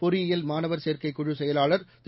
பொறியியல் மாணவர் சேர்க்கை குழு செயலாளர் திரு